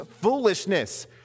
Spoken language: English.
foolishness